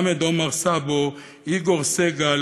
מלמד עומר סבו, איגור סגל,